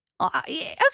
okay